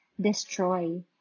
destroy